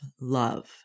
love